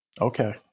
Okay